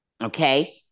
Okay